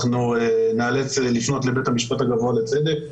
אנחנו ניאלץ לפנות לבית המשפט הגבוה לצדק.